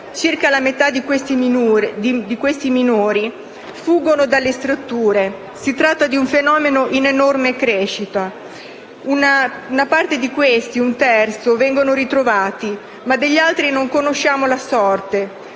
Circa la metà di questi minori fugge dalle strutture. Si tratta di un fenomeno in enorme crescita. Un terzo di questi viene ritrovato, ma degli altri non conosciamo la sorte.